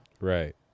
Right